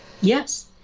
Yes